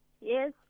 Yes